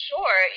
Sure